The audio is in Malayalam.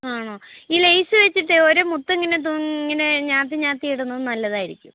ആണോ ഈ ലെയ്സ് വെച്ചിട്ടെ ഒരു മുത്തിങ്ങനെ ഇങ്ങനെ ഞാത്തി ഞാത്തി ഇടുന്നത് നല്ലതായിരിക്കും